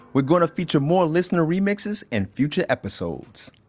we're gonna feature more listener remixes in future episodes